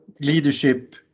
leadership